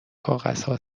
کاغذها